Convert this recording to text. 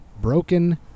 broken